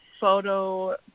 photo